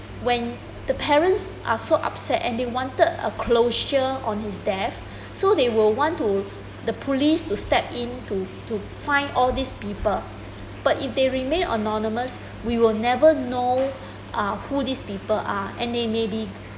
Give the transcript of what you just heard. when the parents are so upset and they wanted a closure on his death so they will want to the police to step in to to find all these people but if they remain anonymous we will never know uh who these people are and they may be